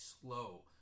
slow